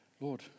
Lord